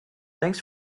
thanks